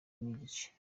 n’igice